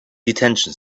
detention